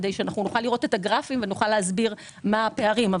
נוכל לראות את הגרפים ונוכל להסביר מה הפערים.